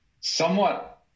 somewhat